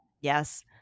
yes